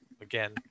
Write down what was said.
again